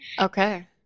okay